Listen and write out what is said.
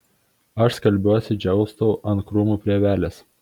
aš skalbiuosi džiaustau ant krūmų pievelės